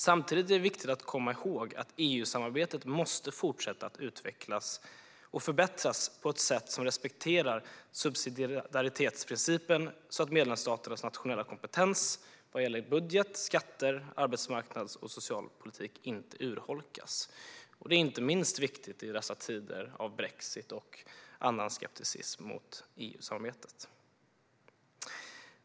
Samtidigt är det viktigt att komma ihåg att EU-samarbetet måste fortsätta att utvecklas och förbättras på ett sätt som respekterar subsidiaritetsprincipen så att medlemsstaternas nationella kompetens vad gäller budget, skatter, arbetsmarknadspolitik och social politik inte urholkas. Det är inte minst viktigt i dessa tider av brexit och annan skepticism mot EU-samarbetet.